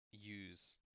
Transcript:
use